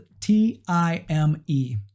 T-I-M-E